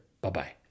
Bye-bye